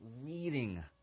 reading